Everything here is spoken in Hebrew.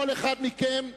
כל אחד מכם,